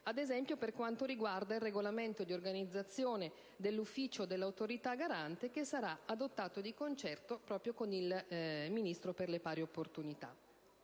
ad esempio per quel riguarda il regolamento di organizzazione dell'ufficio dell'Autorità garante, che sarà adottato di concerto proprio con il Ministro per le pari opportunità.